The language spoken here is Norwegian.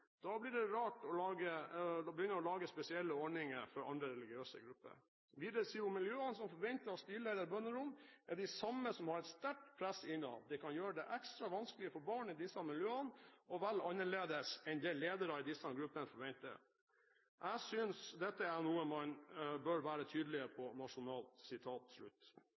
begynne å lage spesialordninger for religiøse grupper.» Videre sier hun: «De miljøene som forventer stille- eller bønnerom, er de samme som har et sterkt press innad. Det kan gjøre det ekstra vanskelig for barn i disse miljøene å velge annerledes enn det ledere i disse gruppene forventer. Jeg synes dette er noe man bør være tydeligere på nasjonalt.»